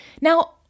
Now